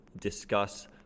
discuss